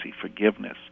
forgiveness